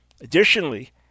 Additionally